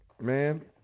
Man